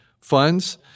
funds